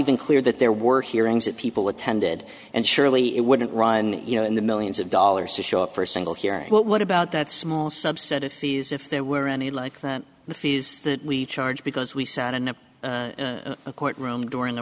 even clear that there were hearings that people attended and surely it wouldn't run you know in the millions of dollars to show up for a single hearing what about that small subset of fees if there were any like the fees that we charge because we sat in a courtroom during the